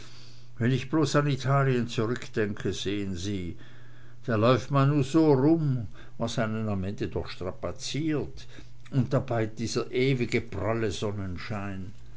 wenn ich so bloß an italien zurückdenke sehen sie da läuft man nu so rum was einen doch am ende strapziert und dabei dieser ewige pralle sonnenschein